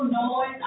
noise